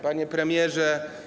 Panie Premierze!